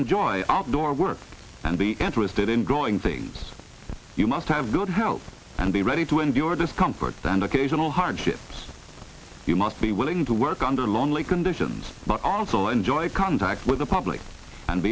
enjoy outdoor work and be interested in growing things you must have good health and be ready to endure discomfort than occasional hardships you must be willing to work under long lay conditions but also enjoy contact with the public and